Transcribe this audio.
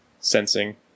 sensing